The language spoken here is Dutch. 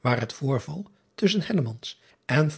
waar het voorval tusschen en